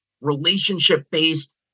relationship-based